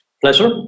Pleasure